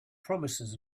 promises